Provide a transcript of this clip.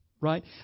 Right